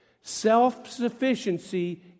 self-sufficiency